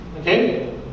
Okay